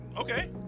Okay